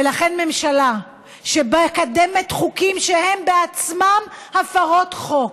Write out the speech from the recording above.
ולכן ממשלה שמקדמת חוקים שהם עצמם הפרות חוק,